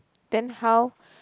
then how